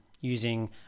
using